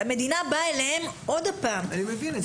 המדינה באה אליהם שוב ואומרת --- אני מבין את זה,